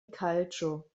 calcio